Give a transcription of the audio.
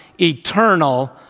eternal